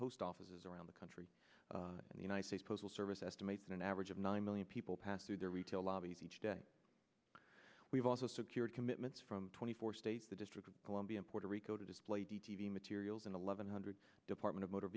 post offices around the country and the united states postal service estimates an average of nine million people pass through their retail lobbies each day we've also secured commitments from twenty four states the district of columbia puerto rico to display d t v materials and eleven hundred department of motor